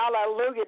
Hallelujah